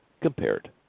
compared